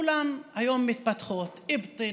כולן היום מתפתחות: אבטין,